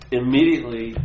immediately